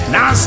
Now